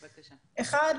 אחת,